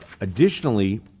additionally